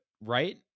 right